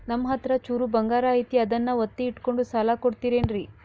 ನಮ್ಮಹತ್ರ ಚೂರು ಬಂಗಾರ ಐತಿ ಅದನ್ನ ಒತ್ತಿ ಇಟ್ಕೊಂಡು ಸಾಲ ಕೊಡ್ತಿರೇನ್ರಿ?